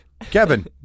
Kevin